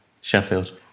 Sheffield